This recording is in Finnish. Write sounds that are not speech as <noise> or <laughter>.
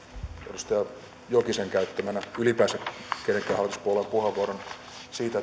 edustaja jokisen käyttämänä ylipäänsä kenenkään hallituspuolueen puheenvuoron siitä <unintelligible>